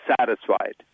satisfied